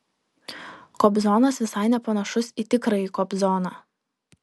kobzonas visai nepanašus į tikrąjį kobzoną